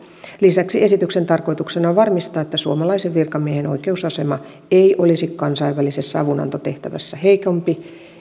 lisäksi esityksen tarkoituksena on varmistaa että suomalaisen virkamiehen oikeusasema ei olisi kansainvälisessä avunantotehtävässä heikompi